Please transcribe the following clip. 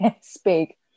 speak